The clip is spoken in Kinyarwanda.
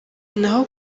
naho